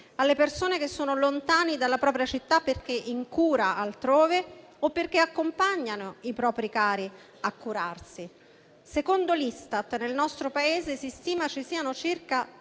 alle persone che sono lontane dalla propria città perché in cura altrove o perché accompagnano i propri cari a curarsi. Secondo l'Istat, nel nostro Paese si stima ci siano circa